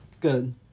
good